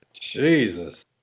Jesus